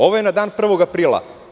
Ovo je na dan 1. aprila.